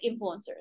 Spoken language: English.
influencers